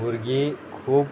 भुरगीं खूब